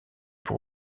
pour